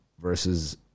versus